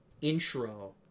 intro